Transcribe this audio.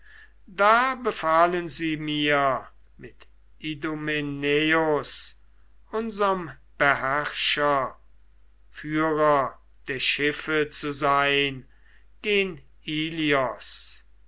da befahlen sie mir mit idomeneus unserm beherrscher führer der schiffe zu sein gen